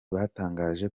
batangaje